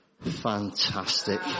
Fantastic